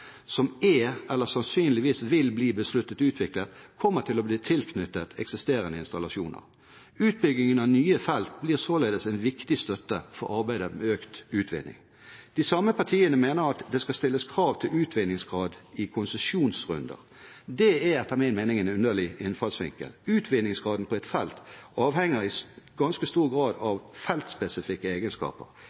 som er eller sannsynligvis vil bli besluttet utviklet, kommer til å bli tilknyttet eksisterende installasjoner. Utbyggingen av nye felt blir således en viktig støtte for arbeidet med økt utvinning. De samme partiene mener at det skal stilles krav til utvinningsgrad i konsesjonsrunder. Det er etter min mening en underlig innfallsvinkel. Utvinningsgraden på et felt avhenger i ganske stor grad av feltspesifikke egenskaper.